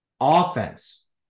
offense